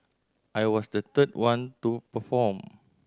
I was the third one to perform